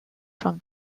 from